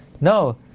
No